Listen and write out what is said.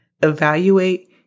evaluate